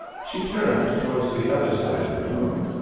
she turned towards the other side of the room,